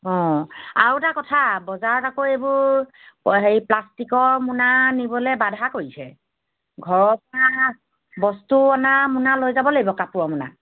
অ আৰু এটা কথা বজাৰত আকৌ এইবোৰ হেৰি প্লাষ্টিকৰ মোনা নিবলৈ বাধা কৰিছে ঘৰৰ পৰা বস্তু অনা মোনা লৈ যাব লাগিব কাপোৰৰ মোনা